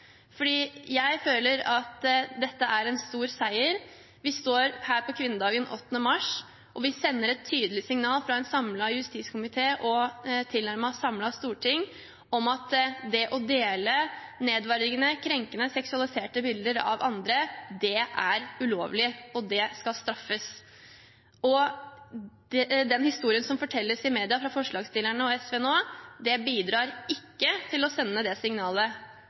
jeg føler at dette er en stor seier. Vi står her på kvinnedagen 8. mars, og vi sender et tydelig signal fra en samlet justiskomité og et tilnærmet samlet storting om at det å dele nedverdigende, krenkende, seksualiserte bilder av andre er ulovlig og det skal straffes. Og den historien som fortelles i media fra forslagsstillerne og SV nå, bidrar ikke til å sende det signalet